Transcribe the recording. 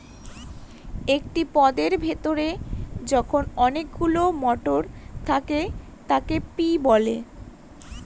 একটি পদের ভেতরে যখন অনেকগুলো মটর থাকে তাকে পি বলে